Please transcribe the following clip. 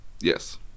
Yes